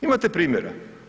Imate primjera.